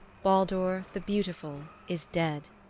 baldur the beautiful is dead,